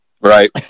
Right